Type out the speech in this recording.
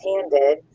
handed